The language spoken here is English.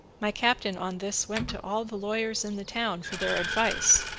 my captain on this went to all the lawyers in the town for their advice,